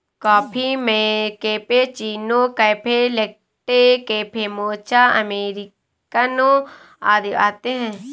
coffee में cappuccino, cafe latte, cafe mocha, americano आदि आते है